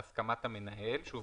בהסכמת המנהל שוב,